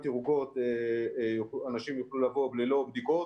ירוקות אנשים יוכלו לבוא ללא בדיקות.